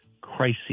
crises